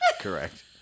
Correct